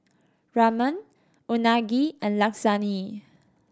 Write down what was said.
Ramen Unagi and Lasagne